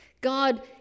God